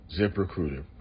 ZipRecruiter